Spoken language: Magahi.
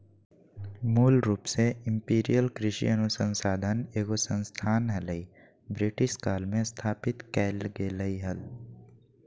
मूल रूप से इंपीरियल कृषि अनुसंधान एगो संस्थान हलई, ब्रिटिश काल मे स्थापित कैल गेलै हल